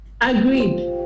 Agreed